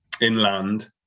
inland